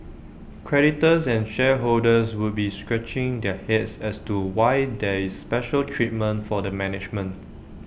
creditors and shareholders would be scratching their heads as to why there is special treatment for the management